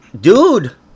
dude